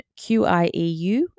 QIEU